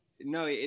No